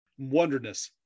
wonderness